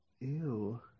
Ew